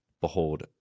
behold